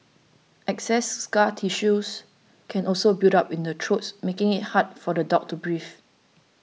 excess scar tissues can also build up in the truest making it hard for the dog to breathe